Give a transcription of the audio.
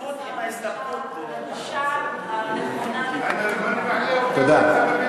הגישה הנכונה תודה.